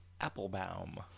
applebaum